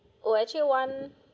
oh actually one